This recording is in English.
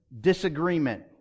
disagreement